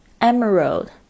Emerald